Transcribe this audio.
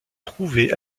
trouvé